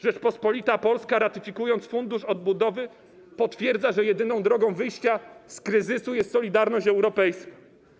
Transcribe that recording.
Rzeczpospolita Polska, ratyfikując Fundusz Odbudowy, potwierdza, że jedyną drogą wyjścia z kryzysu jest solidarność europejska.